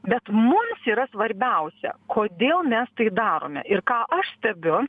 bet mums yra svarbiausia kodėl mes tai darome ir ką aš stebiu